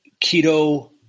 keto